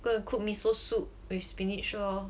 going to cook miso soup with spinach lor